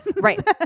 right